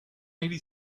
eighty